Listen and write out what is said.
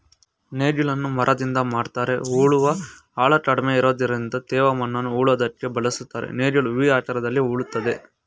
ನೇಗಿಲನ್ನು ಮರದಿಂದ ಮಾಡಿರ್ತರೆ ಉಳುವ ಆಳ ಕಡಿಮೆ ಇರೋದ್ರಿಂದ ತೇವ ಮಣ್ಣನ್ನು ಉಳೋದಕ್ಕೆ ಬಳುಸ್ತರೆ ನೇಗಿಲು ವಿ ಆಕಾರದಲ್ಲಿ ಉಳ್ತದೆ